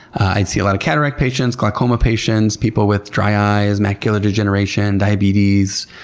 i see a lot of cataract patients, glaucoma patients, people with dry eyes, macular degeneration, diabetes,